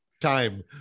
time